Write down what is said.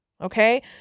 Okay